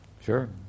Sure